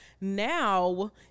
Now